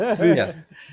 Yes